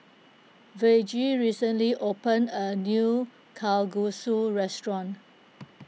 Virgie recently opened a new Kalguksu restaurant